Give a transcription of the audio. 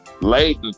late